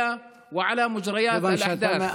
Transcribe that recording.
ונחלנו הישג חסר תקדים של 15 מושבים.